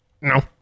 No